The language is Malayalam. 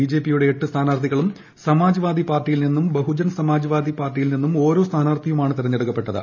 ബിജെപിയുടെ എട്ട് സ്ഥാനാർത്ഥികളുടൂ സ്മാജ് വാദി പാർട്ടിയിൽ നിന്നും ബഹുജൻ സമാജ് വാദി പ്പാർട്ടിയിൽ നിന്നും ഓരോ സ്ഥാനാർത്ഥിയുമാണ് തെരഞ്ഞെടുക്കപ്പെട്ടത്